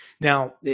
Now